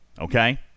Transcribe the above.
okay